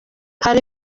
hari